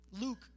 Luke